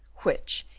which,